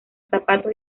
zapatos